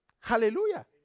Hallelujah